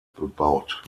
bebaut